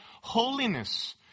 holiness